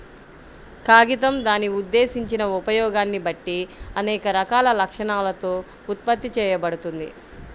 కాగితం దాని ఉద్దేశించిన ఉపయోగాన్ని బట్టి అనేక రకాల లక్షణాలతో ఉత్పత్తి చేయబడుతుంది